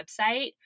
website